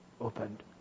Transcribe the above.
opened